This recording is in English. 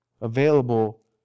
available